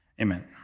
Amen